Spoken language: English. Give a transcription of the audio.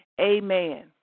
amen